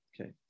okay